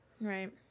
Right